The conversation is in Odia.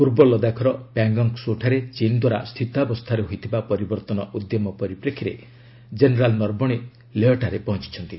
ପୂର୍ବ ଲଦାଖର ପ୍ୟାଙ୍ଗଙ୍ଗ ସୋ ଠାରେ ଚୀନ ଦ୍ୱାରା ସ୍ଥିତାବସ୍ଥାରେ ହୋଇଥିବା ପରିବର୍ତ୍ତନ ଭଦ୍ୟମ ପରିପ୍ରେକ୍ଷୀରେ କେନେରାଲ୍ ନର୍ବଣେ ଲେହଠାରେ ପହଞ୍ଚୁଛନ୍ତି